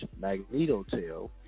magnetotail